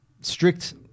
Strict